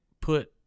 put